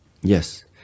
Yes